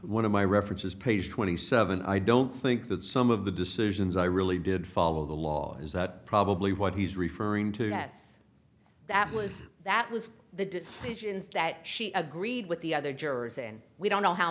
one of my references page twenty seven i don't think that some of the decisions i really did follow the law is that probably what he's referring to yes that was that was the decisions that she agreed with the other jurors and we don't know how